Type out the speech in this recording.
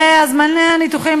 וזמני ההמתנה לניתוחים,